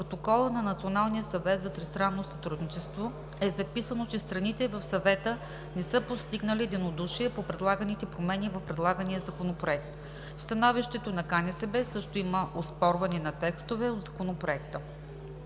Протокола на Националния съвет за тристранно сътрудничество е записано, че страните в съвета не са постигнали единодушие по предлаганите промени в предлагания Законопроект. В становището на КНСБ също има оспорване на текстове от Законопроекта.